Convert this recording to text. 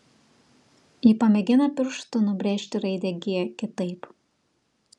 ji pamėgina pirštu nubrėžti raidę g kitaip